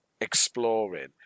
exploring